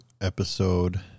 episode